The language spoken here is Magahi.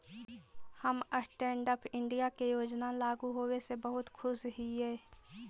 हम स्टैन्ड अप इंडिया के योजना लागू होबे से बहुत खुश हिअई